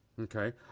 Okay